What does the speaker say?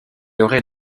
aurait